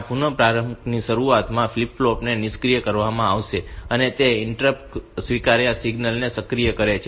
આ પુનઃપ્રારંભ કામગીરીની શરૂઆતમાં ફ્લિપ ફ્લોપ ને નિષ્ક્રિય કરવામાં આવશે અને તે ઇન્ટરપ્ટ સ્વીકાર સિગ્નલ ને સક્રિય કરે છે